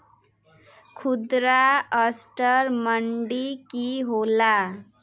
खुदरा असटर मंडी की होला?